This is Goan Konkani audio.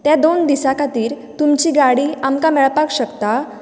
त्या दोन दिसां खातीर तुमची गाडी आमकां मेळपाक शकता